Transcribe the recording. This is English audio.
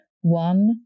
One